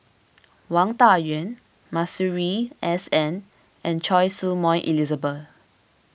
Wang Dayuan Masuri S N and Choy Su Moi Elizabeth